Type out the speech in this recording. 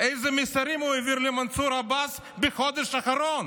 אילו מסרים הוא העביר למנסור עבאס בחודש האחרון?